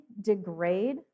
degrade